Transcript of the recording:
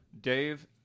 Dave